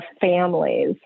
families